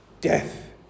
death